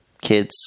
kids